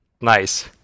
Nice